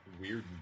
weird